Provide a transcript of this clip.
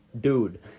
dude